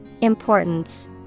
Importance